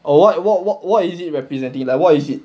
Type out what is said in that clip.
what what what what is it representing like what is it